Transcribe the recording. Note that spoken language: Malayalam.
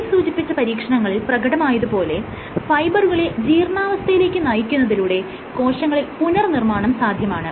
മേൽസൂചിപ്പിച്ച പരീക്ഷണങ്ങളിൽ പ്രകടമായത് പോലെ ഫൈബറുകളെ ജീർണ്ണാവസ്ഥയിലേക്ക് നയിക്കുന്നതിലൂടെ കോശങ്ങളിൽ പുനർനിർമ്മാണം സാധ്യമാണ്